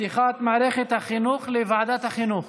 פתיחת מערכת החינוך, לוועדת החינוך,